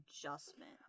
adjustment